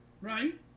right